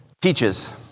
teaches